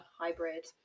hybrid